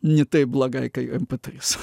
ni taip blogai kai mp trys